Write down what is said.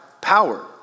power